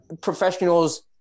professionals